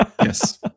Yes